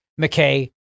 McKay